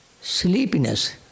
sleepiness